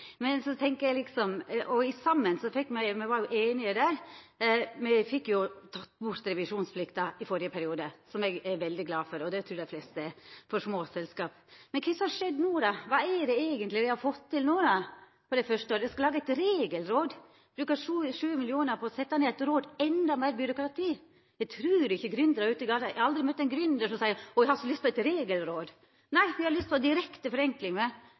og dei snakka om forenkling. Me er einige der. Me fekk teke bort revisjonsplikta for småselskap i førre periode, noko som eg er veldig glad for, og det trur eg dei fleste er. Men kva er det som har skjedd no? Kva er det eigentleg me har fått til no? For det første skal det lagast eit regelråd, ein skal bruka 7 mill. kr på å setja ned eit råd – enda meir byråkrati. Eg har aldri møtt ein gründer som seier: Eg har så lyst på eit regelråd. Nei, dei har lyst på direkte